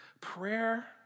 Prayer